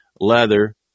leather